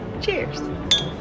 Cheers